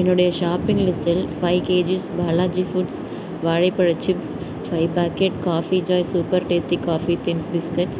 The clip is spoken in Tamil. என்னுடைய ஷாப்பிங் லிஸ்டில் ஃபைவ் கேஜிஸ் பாலாஜி ஃபுட்ஸ் வாழைப்பழ chips five packet Coffee Joy super tasty coffee thins biscuit